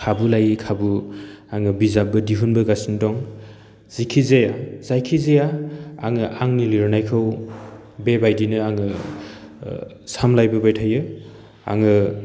खाबु लायै खाबु आङो बिजाबो दिहुन बोगासिनो दं जिखिजाया जायखिजाया आङो आंनि लिरनायखौ बे बायदिनो आङो सामलायबोबाय थायो आङो